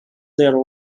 their